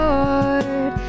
Lord